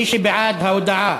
מי שבעד ההודעה,